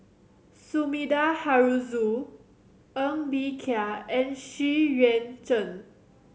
Sumida Haruzo Ng Bee Kia and Xu Yuan Zhen